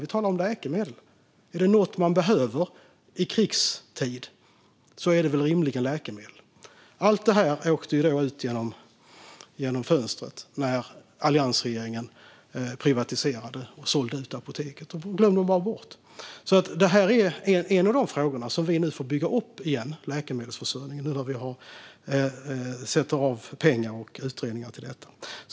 Vi talar om läkemedel, och är det något man behöver i krigstid är det rimligen läkemedel. Allt det här åkte ut genom fönstret när alliansregeringen privatiserade och sålde ut apoteket. Man glömde bara bort det. Läkemedelsförsörjning är nu ett av de områden som vi får bygga upp igen när vi sätter av pengar och utredningar till detta.